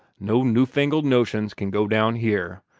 no new-fangled notions can go down here.